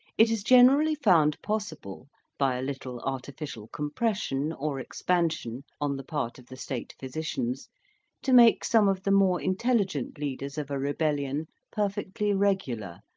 it is generally found possible by a little artificial compression or expansion on the part of the state physicians to make some of the more intelligent leaders of a rebellion perfectly regular,